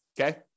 Okay